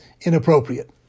inappropriate